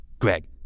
greg